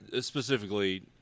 specifically